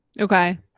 Okay